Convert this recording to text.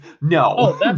No